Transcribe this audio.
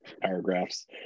paragraphs